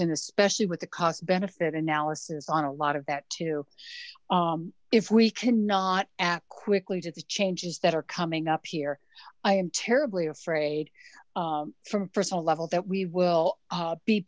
and especially with the cost benefit analysis on a lot of that if we cannot act quickly to the changes that are coming up here i am terribly afraid from personal level that we will be be